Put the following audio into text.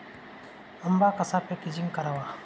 आंबा कसा पॅकेजिंग करावा?